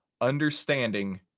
understanding